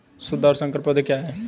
शुद्ध और संकर पौधे क्या हैं?